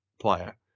player